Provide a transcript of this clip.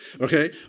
Okay